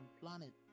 planet